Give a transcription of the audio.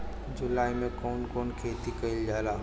जुलाई मे कउन कउन खेती कईल जाला?